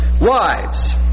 Wives